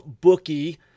bookie